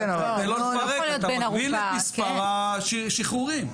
אתה מגביל את מספר השחרורים.